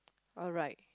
alright